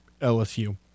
LSU